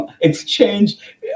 exchange